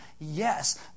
Yes